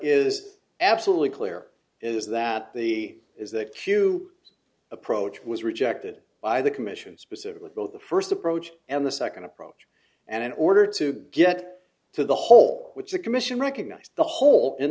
is absolutely clear is that the is that q approach was rejected by the commission specifically both the first approach and the second approach and in order to get to the whole which the commission recognized the whole in